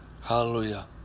Hallelujah